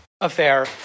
affair